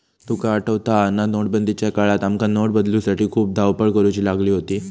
तुका आठवता हा ना, नोटबंदीच्या काळात आमका नोट बदलूसाठी खूप धावपळ करुची लागली होती